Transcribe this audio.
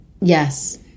Yes